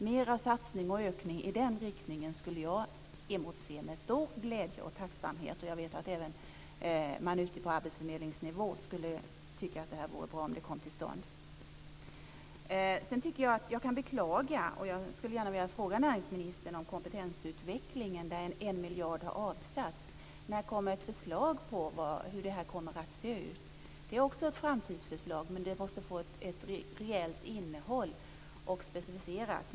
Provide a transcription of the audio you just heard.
Mer satsning och ökning i den riktningen skulle jag se på med stor glädje och tacksamhet. Jag vet att man även ute på arbetsförmedlingsnivå skulle tycka att det vore bra om det här kom till stånd. Sedan kan jag beklaga - och jag skulle gärna vilja fråga näringsministern om - detta med kompetensutvecklingen. 1 miljard kronor har avsatts. När kommer ett förslag om hur det här kommer att se ut? Det är också ett framtidsförslag, men det måste få ett reellt innehåll och specificeras.